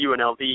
UNLV